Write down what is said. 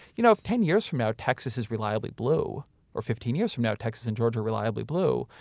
you know if ten years from now texas is reliably blue or fifteen years from now texas and georgia are reliably blue,